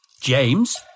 James